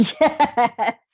Yes